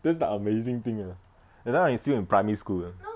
that's the amazing thing you know that time I still in primary school you know